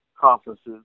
conferences